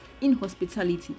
inhospitality